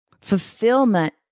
Fulfillment